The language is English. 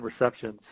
receptions